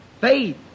Faith